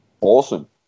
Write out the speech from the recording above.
Awesome